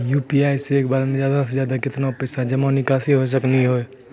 UPI से एक बार मे ज्यादा से ज्यादा केतना पैसा जमा निकासी हो सकनी हो?